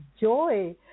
joy